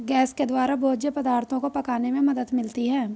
gas के द्वारा भोज्य पदार्थो को पकाने में मदद मिलती है